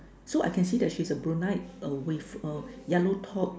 so I can see that she is a brunette with a yellow top